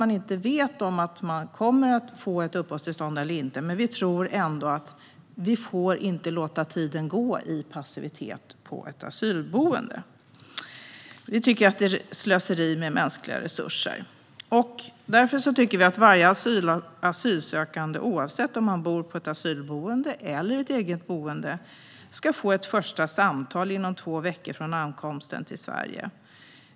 De kanske inte kommer att få uppehållstillstånd, men vi tror ändå att vi inte får låta tiden gå i passivitet på ett asylboende. Det är slöseri med mänskliga resurser. Vi tycker därför att varje asylsökande, oavsett om man bor på ett asylboende eller i eget boende, ska få ett första samtal inom två veckor från ankomsten till Sverige.